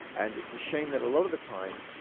and it's a shame that a lot of the time,